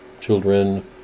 children